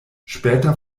später